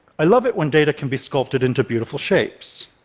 i love it when data can be sculpted into beautiful shapes.